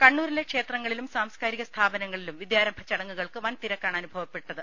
കണ്ണൂരിലെ ക്ഷേത്രങ്ങളിലും സാംസ്കാരിക സ്ഥാപനങ്ങ ളിലും വിദ്യാരംഭ ചടങ്ങുകൾക്ക് വൻ തിരക്കാണ് അനുഭവപ്പെട്ട ത്